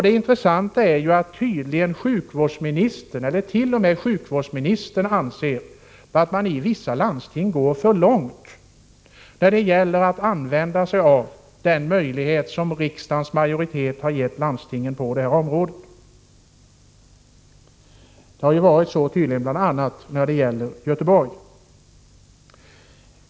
Det intressanta är att t.o.m. sjukvårdsministern anser att man i vissa landsting går för långt när det gäller att använda den möjlighet som riksdagens majoritet gett landstingen på detta område. Så har det tydligen varit i bl.a. Göteborg.